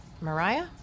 Mariah